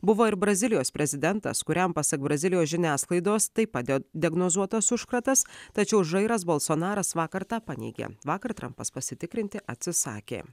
buvo ir brazilijos prezidentas kuriam pasak brazilijos žiniasklaidos taip pat diagnozuotas užkratas tačiau žairas bolsonaras vakar tą paneigė vakar trampas pasitikrinti atsisakė